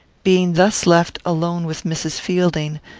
being thus left alone with mrs. fielding,